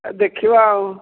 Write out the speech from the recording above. ଦେଖିବା ଆଉ